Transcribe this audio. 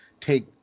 take